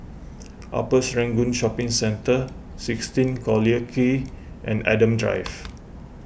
Upper Serangoon Shopping Centre sixteen Collyer Quay and Adam Drive